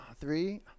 three